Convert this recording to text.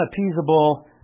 unappeasable